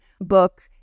book